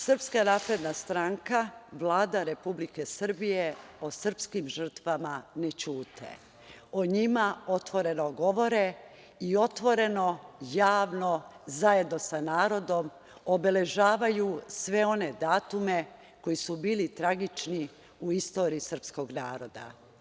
Srpska napredna stranka, Vlada Republike Srbije o srpskim žrtvama ne ćute, o njima otvoreno govore i otvoreno, javno, zajedno sa narodom obeležavaju sve one datume koji su bili tragični u istoriji srpskog naroda.